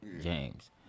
James